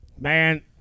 Man